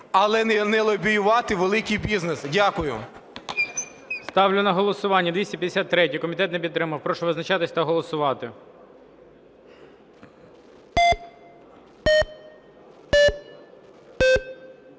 Але не лобіювати великий бізнес. Дякую. ГОЛОВУЮЧИЙ. Ставлю на голосування 253-ю. Комітет не підтримав. Прошу визначатись та голосувати.